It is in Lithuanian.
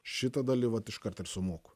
šitą dalį vat iškart ir sumoku